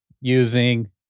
using